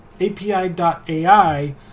API.ai